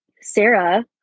sarah